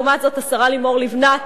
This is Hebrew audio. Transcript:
לעומת זאת, השרה לימור לבנת,